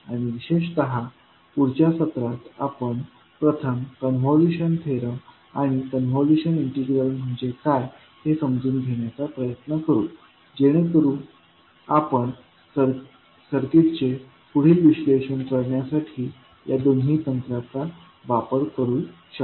आणि विशेषत पुढच्या सत्रात आपण प्रथम कॉन्व्होल्यूशन थेरम आणि कॉन्व्होल्यूशन इंटिग्रल म्हणजे काय हे समजून घेण्याचा प्रयत्न करू जेणेकरून आपण सर्किट्सचे पुढील विश्लेषण करण्यासाठी या दोन्ही तंत्रचा वापर करू शकू